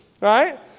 right